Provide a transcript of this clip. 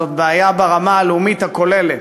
זאת בעיה ברמה הלאומית הכוללת.